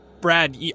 Brad